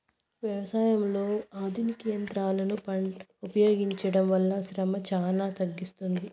వ్యవసాయంలో ఆధునిక యంత్రాలను ఉపయోగించడం వల్ల శ్రమ చానా తగ్గుతుంది